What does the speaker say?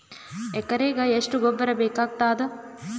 ಎಕರೆಗ ಎಷ್ಟು ಗೊಬ್ಬರ ಬೇಕಾಗತಾದ?